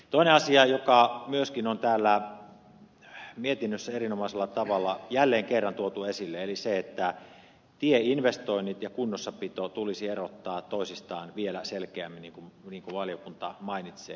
toinen asia joka myöskin on täällä mietinnössä erinomaisella tavalla jälleen kerran tuotu esille on se että tieinvestoinnit ja kunnossapito tulisi erottaa toisistaan vielä selkeämmin niin kun valiokunta mainitsee